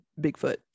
bigfoot